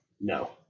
no